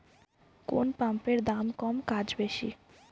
কোন পাম্পের দাম কম কাজ বেশি?